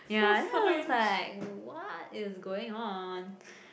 ya then I was like what is going on